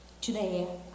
Today